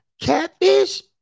catfish